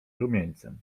rumieńcem